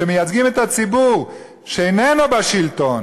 שמייצגים את הציבור שאיננו בשלטון,